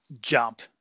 jump